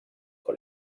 con